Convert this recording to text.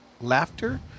Laughter